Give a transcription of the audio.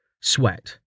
sweat